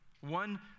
one